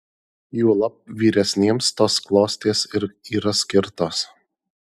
juolab vyresniems tos klostės ir yra skirtos